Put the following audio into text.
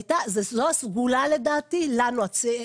זאת הסגולה לדעתי לנו הצעירים.